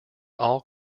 all